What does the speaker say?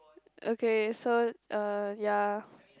okay so uh ya